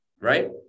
right